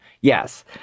yes